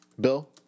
Bill